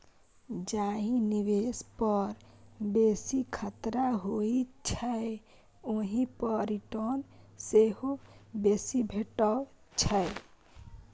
जाहि निबेश पर बेसी खतरा होइ छै ओहि पर रिटर्न सेहो बेसी भेटै छै